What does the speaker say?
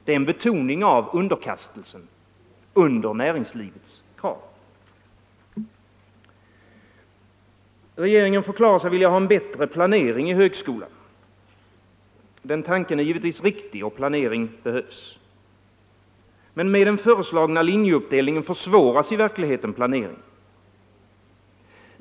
Det är en betoning av underkastelsen under näringslivets krav. Regeringen förklarar sig vilja ha en bättre planering i högskolan. Tanken är givetvis riktig, och planering behövs. Men med den föreslagna linjeuppdelningen försvåras i verkligheten planeringen.